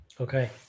Okay